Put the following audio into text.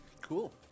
Cool